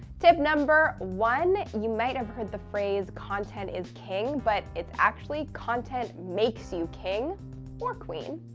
tip number one you might have heard the phrase, content is king, but it's actually content makes you king or queen.